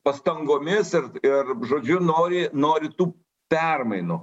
pastangomis ir ir žodžiu nori nori tų permainų